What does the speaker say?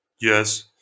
Yes